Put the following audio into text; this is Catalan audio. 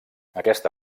aquesta